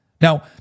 now